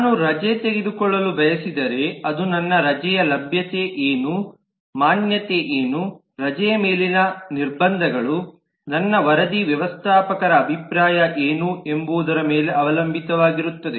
ನಾನು ರಜೆ ತೆಗೆದುಕೊಳ್ಳಲು ಬಯಸಿದರೆ ಅದು ನನ್ನ ರಜೆಯ ಲಭ್ಯತೆ ಏನು ಮಾನ್ಯತೆ ಏನು ರಜೆಯ ಮೇಲಿನ ನಿರ್ಬಂಧಗಳು ನನ್ನ ವರದಿ ವ್ಯವಸ್ಥಾಪಕರ ಅಭಿಪ್ರಾಯ ಏನು ಎಂಬುದರ ಮೇಲೆ ಅವಲಂಬಿತವಾಗಿರುತ್ತದೆ